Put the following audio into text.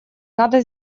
надо